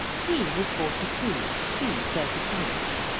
he was forty-two, she thirty-five.